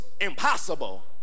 impossible